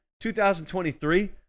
2023